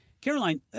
Caroline